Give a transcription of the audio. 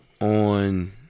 on